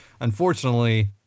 unfortunately